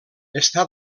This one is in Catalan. està